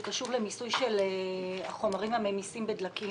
שקשור למיסוי של החומרים הממיסים בדלקים.